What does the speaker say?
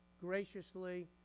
graciously